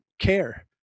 care